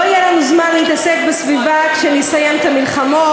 לא יהיה לנו זמן להתעסק בסביבה כשנסיים את המלחמות,